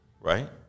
right